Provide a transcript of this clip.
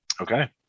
okay